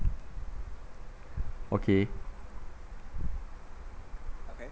okay